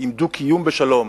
עם דו-קיום בשלום,